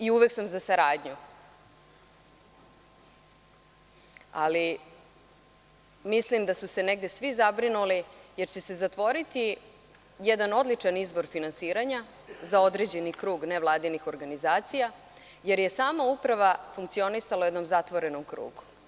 Uvek sam za saradnju, ali mislim da su se svi zabrinuli, jer će se zatvoriti jedan odličan izvor finansiranja za određeni krug nevladinih organizacija, jer je sama Uprava funkcionisala u jednom zatvorenom krugu.